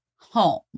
home